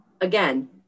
again